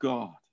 God